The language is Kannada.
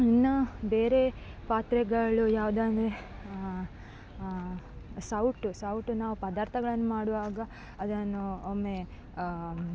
ಇನ್ನ ಬೇರೆ ಪಾತ್ರೆಗಳು ಯಾವುದೆಂದ್ರೆ ಸೌಟು ಸೌಟು ನಾವು ಪದಾರ್ಥಗಳನ್ನು ಮಾಡುವಾಗ ಅದನ್ನು ಒಮ್ಮೆ